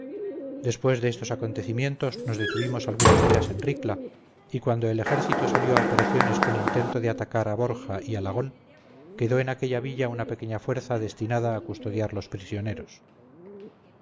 después de estos acontecimientos nos detuvimos algunos días en ricla y cuando el ejército salió a operaciones con intento de atacar a borja y alagón quedó en aquella villa una pequeña fuerza destinada a custodiar los prisioneros